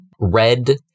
red